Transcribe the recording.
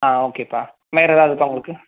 ஆ ஓகேப்பா வேற ஏதாவது இருக்கா உங்களுக்கு